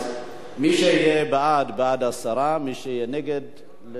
אז מי שיהיה בעד, יהיה בעד הסרה, ומי שיהיה נגד,